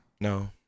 No